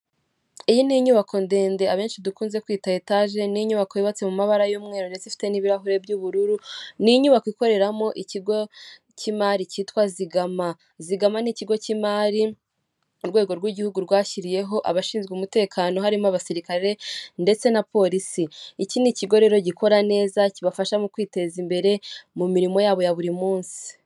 iyi ni inyubako ndende abenshi dukunze kwita etage, ni inyubako yubatse mu mabara y'umweru ndetse ifite n'ibirahure by'ubururu, ni inyubako ikoreramo ikigo cy'imari cyitwa zigama. Zigama ni ikigo cy'imari urwego rw'igihugu rwashyiriyeho abashinzwe umutekano harimo abasirikare ndetse na polisi, iki kigo rero gikora neza kibafasha mu kwiteza imbere mu mirimo yabo ya buri munsi.